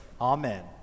Amen